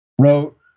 wrote